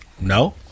No